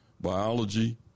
biology